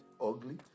ugly